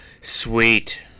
Sweet